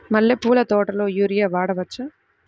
మల్లె పూల తోటలో యూరియా వాడవచ్చా?